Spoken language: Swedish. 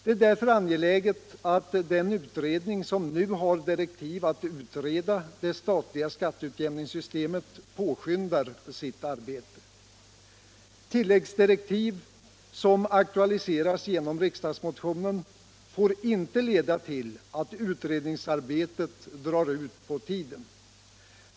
Det är därför angeläget att den utredning som nu har direktiv att utreda det statliga skatteutjämningssystemet påskyndar sitt arbete. Tilläggsdirektiv som aktualiseras genom riksdagsmotionen får icke leda till att utredningsarbetet drar ut på tiden.